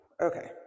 okay